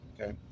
okay